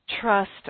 trust